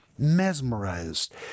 mesmerized